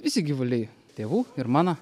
visi gyvuliai tėvų ir mano